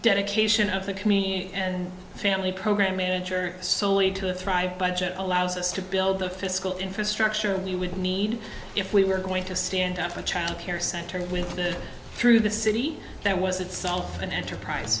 dedication of the community and family program manager soley to thrive budget allows us to build the fiscal infrastructure you would need if we were going to stand up a child care center with that through the city that was itself an enterprise